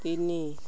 ତିନି